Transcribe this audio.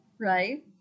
Right